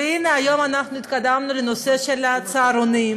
והנה, היום אנחנו התקדמנו בנושא הצהרונים,